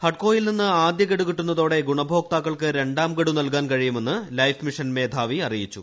ഹഡ്കോയിൽ നിന്ന് ആദ്യ ഗഡൂ കിട്ടുന്നതോടെ ഗുണഭോക്താക്കൾക്ക് രണ്ടാം ഗഡു നൽകാൻ കഴിയുമെന്ന് ലൈഫ് മിഷൻ മേധാവി അറിയിച്ചു